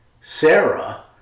Sarah